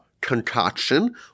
concoction